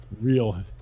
real